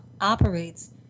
operates